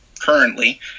currently